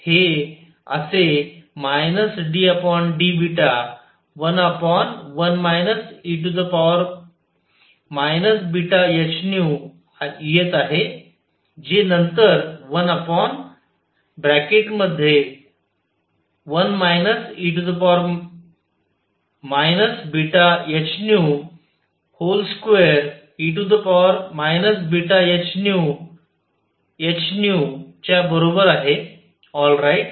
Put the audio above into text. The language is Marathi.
हे असे ddβ11 e βhν येत आहे जे नंतर 11 e βhν2e βhνhν च्या बरोबर आहे ऑल राईट